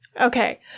Okay